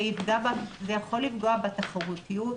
זה יכול לפגוע בתחרותיות,